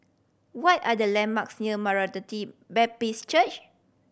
what are the landmarks near Maranatha Baptist Church